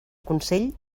consell